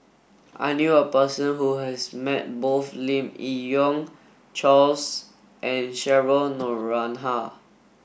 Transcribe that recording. I knew a person who has met both Lim Yi Yong Charles and Cheryl Noronha